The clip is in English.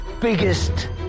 biggest